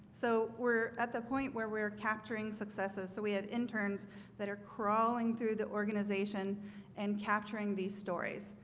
so we're at the point where we're capturing successes so we had interns that are crawling through the organization and capturing these stories.